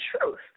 truth